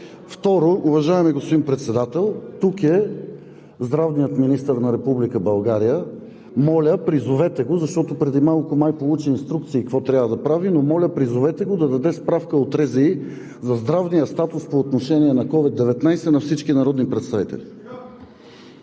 Второ, уважаеми господин Председател, тук е здравният министър на Република България. Моля, призовете го, защото преди малко май получи инструкции какво трябва да прави, но, моля, призовете го да даде справка от РЗИ за здравния статус по отношение на COVID-19 на всички народни представители.